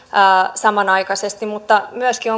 samanaikaisesti mutta myöskin